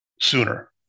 sooner